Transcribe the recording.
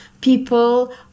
people